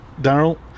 Daryl